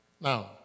Now